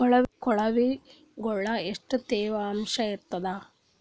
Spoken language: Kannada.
ಕೊಳವಿಗೊಳ ಎಷ್ಟು ತೇವಾಂಶ ಇರ್ತಾದ?